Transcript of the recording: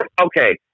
Okay